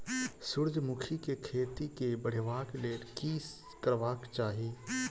सूर्यमुखी केँ खेती केँ बढ़ेबाक लेल की करबाक चाहि?